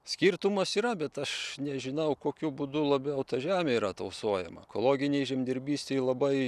skirtumas yra bet aš nežinau kokiu būdu labiau ta žemė yra tausojama ekologinėj žemdirbystėj labai